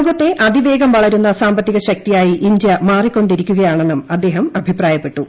ലോകത്തെ അതിവേഗം വളരുന്ന സാമ്പത്തിക ശക്തിയായി ഇന്ത്യമാറിക്കൊണ്ടിരിക്കുകയാണെന്നും അദ്ദേഹം അഭിപ്രായപ്പെട്ടു